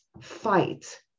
fight